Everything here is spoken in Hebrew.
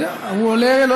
יש מצב שיצליח לשכנע אותך?